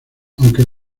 aunque